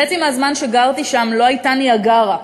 בחצי מהזמן שגרתי שם לא הייתה ניאגרה.